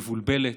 מבולבלת,